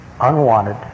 unwanted